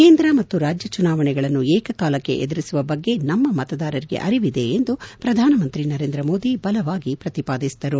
ಕೇಂದ್ರ ಮತ್ತು ರಾಜ್ಯ ಚುನಾವಣೆಗಳನ್ನು ಏಕಕಾಲಕ್ಕೆ ಎದುರಿಸುವ ಬಗ್ಗೆ ನಮ್ನ ಮತದಾರರಿಗೆ ಅರಿವಿದೆ ಎಂದು ಪ್ರಧಾನಮಂತ್ರಿ ನರೇಂದ್ರ ಮೋದಿ ಬಲವಾಗಿ ಪ್ರತಿಪಾದಿಸಿದರು